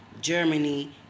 Germany